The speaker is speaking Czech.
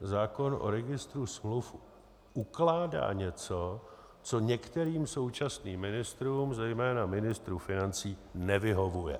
Zákon o registru smluv ukládá něco, co některým současným ministrům, zejména ministru financí, nevyhovuje.